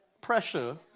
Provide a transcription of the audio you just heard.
pressure